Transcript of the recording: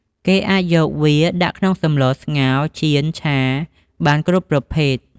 គេអាចយកវាដាក់ក្នុងសម្ល ស្ងោ ចៀន ឆា បានគ្រប់ប្រភេទ។